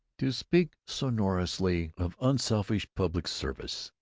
to speak sonorously of unselfish public service,